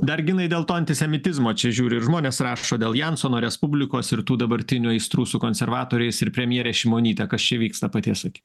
dar ginai dėl to antisemitizmo čia žiūriu ir žmonės rašo dėl jansono respublikos ir tų dabartinių aistrų su konservatoriais ir premjere šimonyte kas čia vyksta paties aki